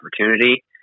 opportunity